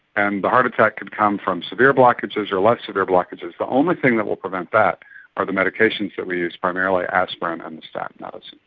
and the heart attack could come from severe blockages or less severe blockages, the only thing that will prevent that are the medications that we use, primarily aspirin and the statin medicines.